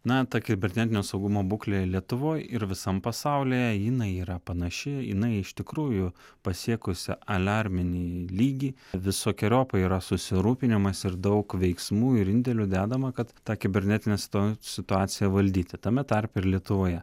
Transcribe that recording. nato kibernetinio saugumo būklė lietuvoj ir visam pasaulyje jinai yra panaši jinai iš tikrųjų pasiekusi aliarminį lygį visokiariopai yra susirūpinimas ir daug veiksmų ir indėlių dedama kad tą kibernetinės tą situaciją valdyti tame tarpe ir lietuvoje